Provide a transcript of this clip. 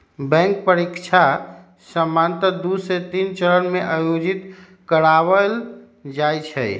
bank परीकछा सामान्य दू से तीन चरण में आयोजित करबायल जाइ छइ